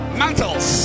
mantles